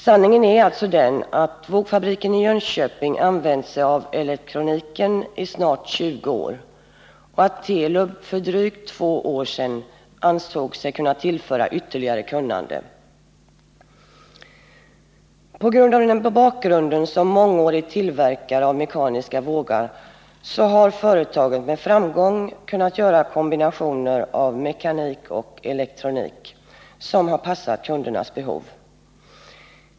Sanningen är alltså den att vågfabriken i Jönköping har använt sig av elektroniken i snart 20 år och att Telub för drygt två år sedan ansåg sig kunna tillföra ytterligare kunnande. Tack vare bakgrunden som mångårig tillverkare av mekaniska vågar har företaget med framgång kunnat göra kombinationer av mekanik och elektronik, som har passat kundernas behov.